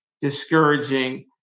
discouraging